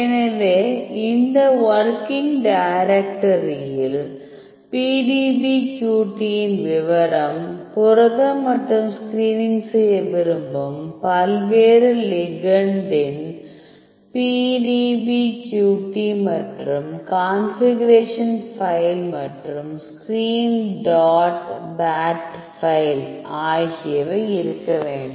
எனவே இந்த வொர்கிங் டைரக்டரியில் PDBQT இன் விவரம் புரதம் மற்றும் ஸ்கிரீனிங் செய்ய விரும்பும் பல்வேறு லிகெண்டின் PDBQT மற்றும் கான்பிகுரேஷன் ஃபைல் மற்றும் ஸ்கிரீன் டாட் பேட் ஃபைல் ஆகியவை இருக்க வேண்டும்